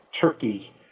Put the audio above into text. Turkey